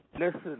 Listen